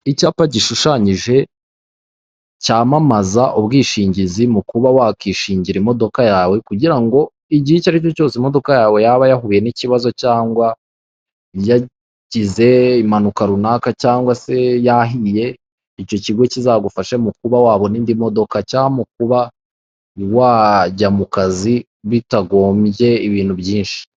Icyapa gishushanyije, cyamamaza ubwishingizi mu kuba wakishingira imodoka yawe, kugira ngo igihe icyo ari cyo cyose imodoka yawe yaba yahuye n'ikibazo, cyangwa yagize impanuka runaka cyangwa se yahiye icyo kigo kizagufashe mu kuba wabona indi modoka cyangwa mukuba wajya mu kazi bitagombye ibintu byinshi.